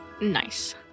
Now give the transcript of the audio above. Nice